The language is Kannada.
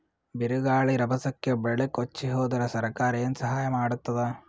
ಬಿರುಗಾಳಿ ರಭಸಕ್ಕೆ ಬೆಳೆ ಕೊಚ್ಚಿಹೋದರ ಸರಕಾರ ಏನು ಸಹಾಯ ಮಾಡತ್ತದ?